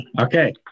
Okay